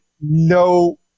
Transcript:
No